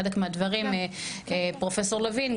חלק מהדברים פרופסור לוין,